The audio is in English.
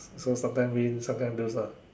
so sometime win sometime lose lah